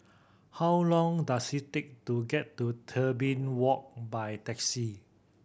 how long does it take to get to Tebing Walk by taxi